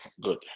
good